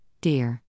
dear